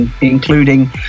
including